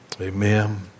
Amen